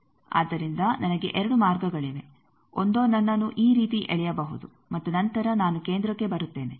ಆದ್ದರಿಂದ ನನಗೆ 2 ಮಾರ್ಗಗಳಿವೆ ಒಂದೋ ನನ್ನನ್ನು ಈ ರೀತಿ ಎಳೆಯಬಹುದು ಮತ್ತು ನಂತರ ನಾನು ಕೇಂದ್ರಕ್ಕೆ ಬರುತ್ತೇನೆ